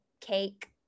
cake